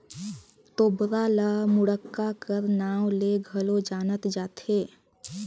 तोबरा ल मुड़क्का कर नाव ले घलो जानल जाथे